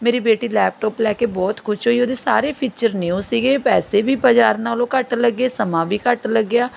ਮੇਰੀ ਬੇਟੀ ਲੈਪਟੋਪ ਲੈ ਕੇ ਬਹੁਤ ਖੁਸ਼ ਹੋਈ ਉਹਦੇ ਸਾਰੇ ਫੀਚਰ ਨਿਊ ਸੀਗੇ ਪੈਸੇ ਵੀ ਬਜ਼ਾਰ ਨਾਲੋਂ ਘੱਟ ਲੱਗੇ ਸਮਾਂ ਵੀ ਘੱਟ ਲੱਗਿਆ